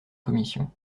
commission